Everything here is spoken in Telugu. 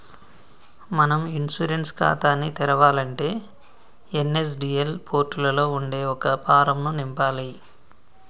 మనం ఇన్సూరెన్స్ ఖాతాని తెరవాలంటే ఎన్.ఎస్.డి.ఎల్ పోర్టులలో ఉండే ఒక ఫారం ను నింపాలి